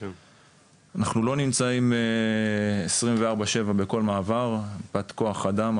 אנחנו לא נמצאים 24/7 בכל מעבר מפאת כוח אדם.